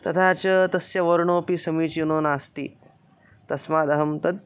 तथा च तस्य वर्णोपि समीचीनो नास्ति तस्मादहं तद्